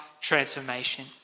transformation